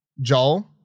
Joel